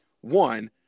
One